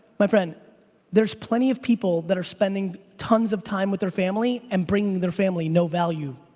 my friend there's plenty of people that are spending tons of time with their family and bringing their family no value.